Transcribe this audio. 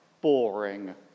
boring